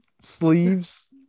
sleeves